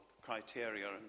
Criteria